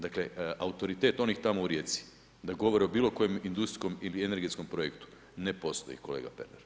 Dakle, autoritet onih tamo u Rijeci da govore o bilo kojem industrijskom i energetskom projektu, ne postoji kolega Pernar.